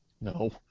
No